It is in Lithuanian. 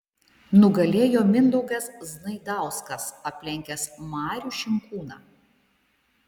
nugalėjo mindaugas znaidauskas aplenkęs marių šinkūną